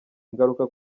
ingaruka